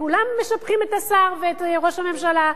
כולם משבחים את השר ואת ראש הממשלה.